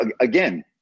again